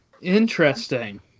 Interesting